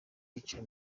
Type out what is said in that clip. yicaye